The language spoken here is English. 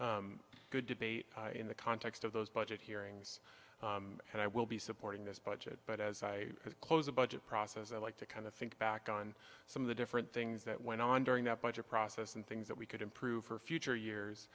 of good debate in the context of those budget hearings and i will be supporting this budget but as i close a budget process i like to kind of think back on some of the different things that went on during that budget process and things that we could improve for future years